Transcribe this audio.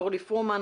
אורלי פרומן,